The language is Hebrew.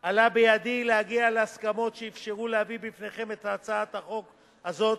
עלה בידי להגיע להסכמות שאפשרו להביא בפניכם את הצעת החוק הזאת,